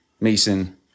Mason